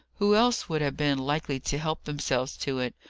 who else would have been likely to help themselves to it?